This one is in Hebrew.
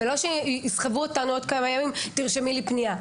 ולא שיסחבו אותנו עוד כמה ימים: תרשמי לי פנייה.